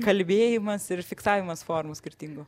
kalbėjimas ir fiksavimas formų skirtingų